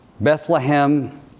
Bethlehem